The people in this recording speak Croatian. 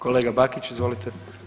Kolega Bakić, izvolite.